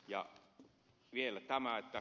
ja vielä tämä